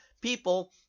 people